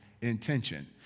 intention